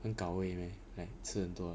很搞胃 meh like 吃很多